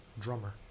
drummer